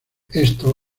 esto